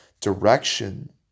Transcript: direction